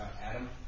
Adam